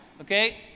okay